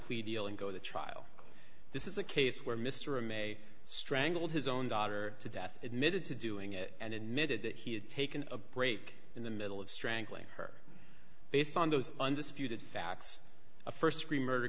plea deal and go to trial this is a case where mr a may strangled his own daughter to death admitted to doing it and admitted that he had taken a break in the middle of strangling her based on those undisputed facts a st degree murder